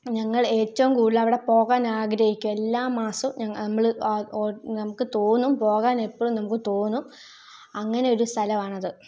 ഞങ്ങൾ ഏറ്റവും കൂടുതൽ അവിടെ പോകാൻ ആഗ്രഹിക്കും എല്ലാ മാസവും ഞങ്ങൾ നമ്മൾ നമുക്ക് തോന്നും പോകാൻ എപ്പളും നമുക്ക് തോന്നും അങ്ങനെ ഒരു സ്ഥലമാണ് അത്